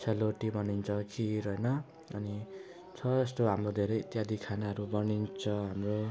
सेलरोटी बनिन्छ खिर होइन अनि छ यस्तो हाम्रो धेरै इत्यादि खानाहरू बनिन्छ हाम्रो